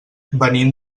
venim